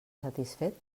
satisfet